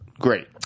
Great